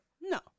No